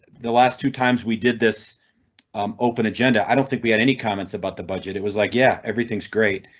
the last two times we did this um open agenda, i don't think we had any comments about the budget. it was like, yeah, everything's great